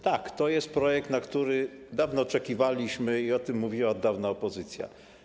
Tak, to jest projekt, którego dawno oczekiwaliśmy, i o tym mówiła od dawna opozycja.